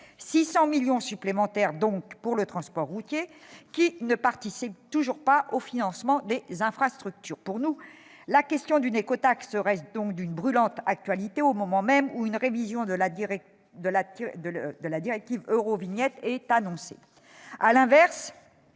600 millions d'euros supplémentaires pour le transport routier, qui ne participe toujours pas au financement des infrastructures. Pour nous, la question d'une écotaxe reste donc d'une brûlante actualité, au moment même où une révision de la directive Eurovignette est annoncée.